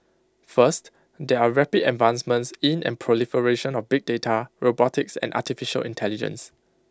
first there are rapid advancements in and proliferation of big data robotics and Artificial Intelligence